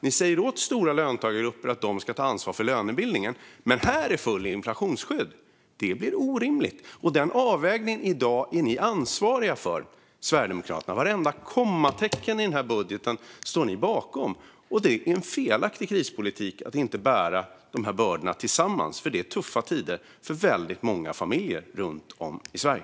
Ni säger åt stora löntagargrupper att de ska ta ansvar för lönebildningen. Men här ges fullt inflationsskydd. Det blir orimligt. Denna avvägning är ni i Sverigedemokraterna i dag ansvariga för. Vartenda kommatecken i denna budget står ni bakom. Det är en felaktig krispolitik att inte se till att vi bär bördorna tillsammans, för det är tuffa tider för väldigt många familjer runt om i Sverige.